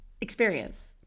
experience